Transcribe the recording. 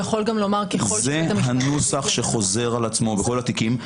זה הנוסח שחוזר על עצמו בכל התיקים.